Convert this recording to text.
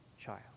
child